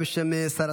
העסקים שהם עזבו,